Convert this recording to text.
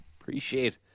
Appreciate